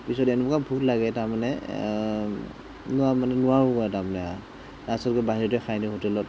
পিছত এনেকুৱা ভোক লাগে তাৰমানে নোৱাৰো নোৱাৰোগৈ আৰু তাৰমানে তাৰপিছত গৈ বাহিৰতে খাই দিওঁগৈ হোটেলত